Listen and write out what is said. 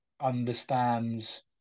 understands